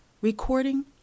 Recording